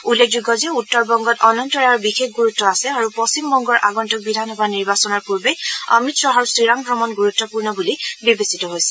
উল্লেখযোগ্য যে উত্তৰবংগত অনন্ত ৰায়ৰ বিশেষ গুৰুত্ আছে আৰু পশ্চিমবংগৰ আগন্তুক বিধানসভা নিৰ্বাচনৰ পূৰ্বেং অমিত খাহৰ চিৰাং ভ্ৰমণ গুৰুত্পূৰ্ণ বুলি বিবেচিত হৈছে